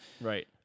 Right